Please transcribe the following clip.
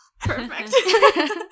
perfect